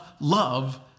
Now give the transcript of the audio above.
love